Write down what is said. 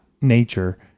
nature